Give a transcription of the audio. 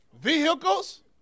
Vehicles